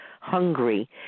hungry